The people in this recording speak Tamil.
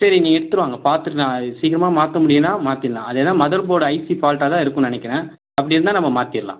சரி நீங்கள் எடுத்துரு வாங்க பார்த்துட்டு நான் சீக்கிரமாக மாற்ற முடியுன்னால் மாற்றிட்லாம் அது ஏன்னால் மதர் போர்டு ஐசி ஃபால்ட்டாக தான் இருக்கும்னு நினைக்கிறேன் அப்படி இருந்தால் நம்ம மாற்றிட்லாம்